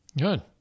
Good